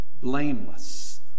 blameless